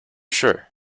sure